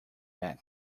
that